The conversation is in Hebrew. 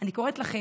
אני קוראת לכם,